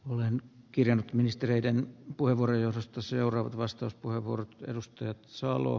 olen kirjannut ministereiden kuivuri josta seuraava vastauspuheenvuorot edustajat salo